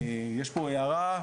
יש פה הערה,